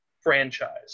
franchise